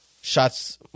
shots